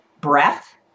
Breath